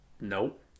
Nope